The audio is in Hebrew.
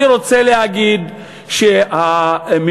אני רוצה להגיד שהממשלה,